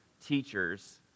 teachers